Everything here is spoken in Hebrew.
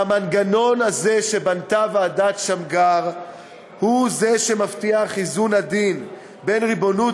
שהמנגנון הזה שבנתה ועדת שמגר הוא זה שמבטיח איזון עדין בין ריבונות